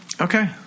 Okay